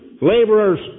laborers